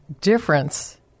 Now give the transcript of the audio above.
difference